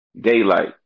daylight